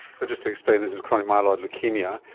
so, just to explain, this is chronic myeloid leukaemia,